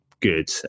good